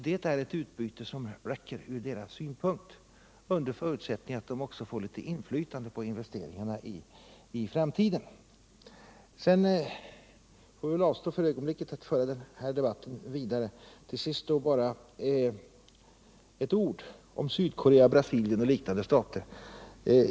Det är ett utbyte som räcker från deras synpunkt under förutsättning att de också får litet inflytande på investeringarna i framtiden. Jag vill för ögonblicket avstå från att föra den här debatten vidare. Till sist bara några ord om Sydkorea, Brasilien och liknande stater.